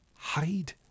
Hide